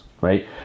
right